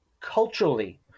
culturally